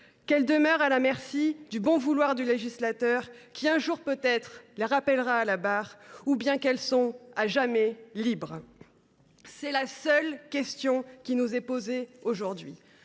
qu’elles demeurent à la merci du bon vouloir du législateur, qui, un jour peut être, les rappellera à la barre ? Ou leur dirons nous qu’elles sont à jamais libres ? Voilà la seule question qui nous est posée aujourd’hui.